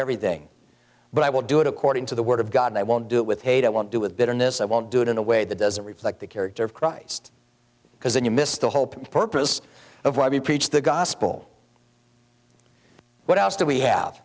everything but i will do it according to the word of god i won't do it with hate i won't do with bitterness i won't do it in a way that doesn't reflect the character of christ because then you miss the whole purpose of what you preach the gospel what else do we have